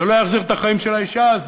זה לא יחזיר את החיים של האישה הזו.